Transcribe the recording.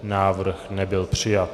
Návrh nebyl přijat.